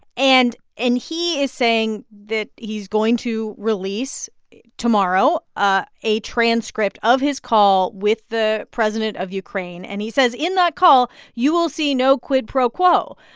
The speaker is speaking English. and and he is saying that he's going to release tomorrow ah a transcript of his call with the president of ukraine. and he says in that call, you will see no quid pro quo.